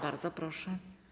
Bardzo proszę.